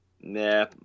Nah